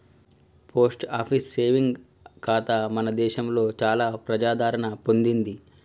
post office saving ఖాతా మన దేశంలో చాలా ప్రజాదరణ పొందింది